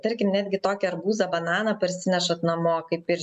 tarkim netgi tokį arbūzą bananą parsinešate namo kaip ir